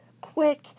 quick